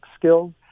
skills